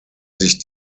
sich